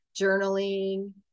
journaling